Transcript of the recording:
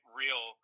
real